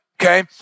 Okay